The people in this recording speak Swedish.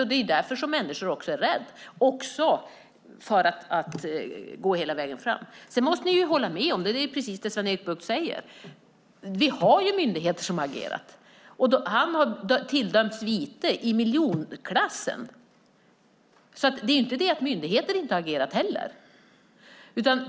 Och det är därför som människor är rädda, också för att gå hela vägen fram. Vi måste hålla med om - det är precis det Sven-Erik Bucht säger - att vi har myndigheter som har agerat, och ägaren har tilldömts vite i miljonklassen. Det är alltså inte heller det att myndigheter inte har agerat.